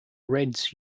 reds